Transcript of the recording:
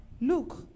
look